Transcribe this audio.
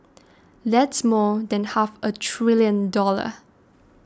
that's more than half a trillion dollars